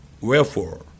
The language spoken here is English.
Wherefore